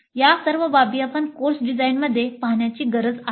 या सर्व बाबी आपण कोर्स डिझाइनमध्ये पाहण्याची गरज आहे